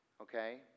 okay